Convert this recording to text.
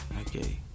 okay